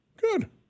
good